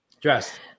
dressed